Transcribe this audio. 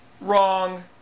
wrong